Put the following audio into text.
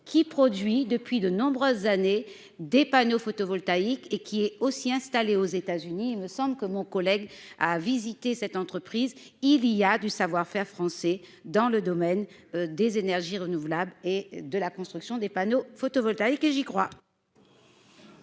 qui produit depuis de nombreuses années des panneaux photovoltaïques, et qui est aussi installé aux États-Unis, il me semble que mon collègue à visiter cette entreprise il y a du savoir- faire français dans le domaine des énergies renouvelables et de la construction des panneaux photovoltaïques et j'y crois.